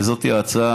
וזאת ההצעה,